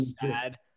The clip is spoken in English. sad